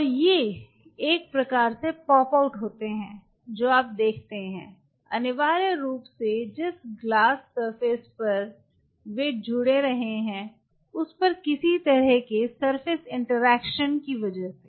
और ये एक प्रकार से पॉप आउट होते हैं जो आप देखते हैं अनिवार्य रूप से जिस गिलास सरफेस पर वे जुड़ रहे हैं उस पर किसी तरह के सरफेस इंटरेक्शन की वजह से